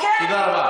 תודה רבה.